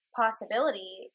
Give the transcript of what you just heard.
possibility